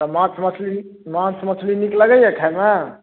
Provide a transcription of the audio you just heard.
तऽ माछ मछली नीक माछ मछली नीक लगैया खाइ मे